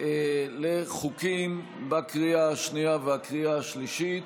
לחוקים בקריאה השנייה והקריאה השלישית.